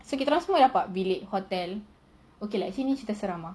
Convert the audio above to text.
so kita orang semua dapat bilik hotel okay lah actually ni cerita seram ah